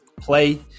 play